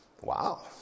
Wow